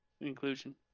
inclusion